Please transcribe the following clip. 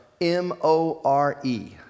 M-O-R-E